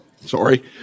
sorry